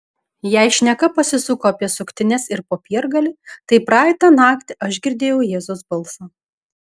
jei šneka pasisuko apie suktines ir popiergalį tai praeitą naktį aš girdėjau jėzaus balsą